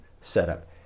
setup